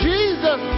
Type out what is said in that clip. Jesus